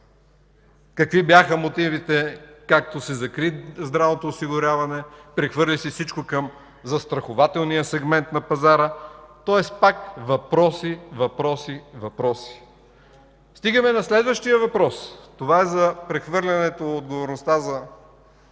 какви бяха мотивите, когато се закри здравното осигуряване и всичко се прехвърли към застрахователния сегмент на пазара. Тоест пак въпроси, въпроси, въпроси. Стигаме до следващия въпрос – за прехвърлянето на отговорността за